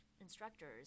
instructors